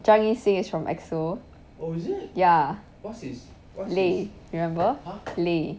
zhang yixing is from exo ya lay remember lay